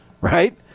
right